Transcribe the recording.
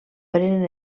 pren